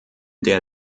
der